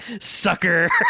sucker